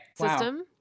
system